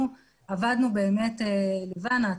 אנחנו עבדנו באמת לבנה,